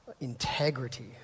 integrity